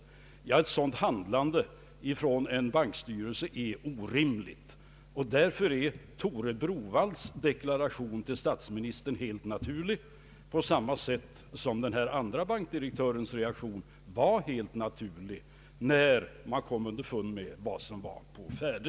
Ett sådant handlande från en bankstyrelse är orimligt. Därför är Tore Browaldhs deklaration till statsministern helt naturlig, på samma sätt som den andre bankdirektörens reaktion var helt naturlig när han kom underfund med vad som var på färde.